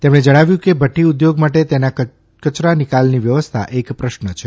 તેમણે જણાવ્યું કે ભઠ્ઠી ઉદ્યોગ માટે તેના કચરા નિકાલની વ્યવસ્થા એક પ્રશ્ન છે